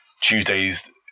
Tuesday's